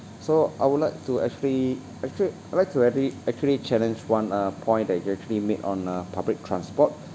so I would like to actually actually I'd like to actually actually challenge one uh point that you actually made on uh public transport